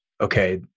okay